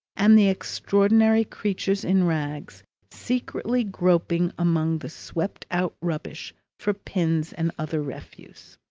and the extraordinary creatures in rags secretly groping among the swept-out rubbish for pins and other refuse.